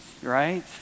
right